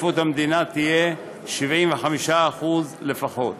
השתתפות המדינה תהיה 75% לפחות,